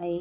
ꯑꯩ